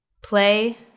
play